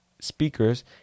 speakers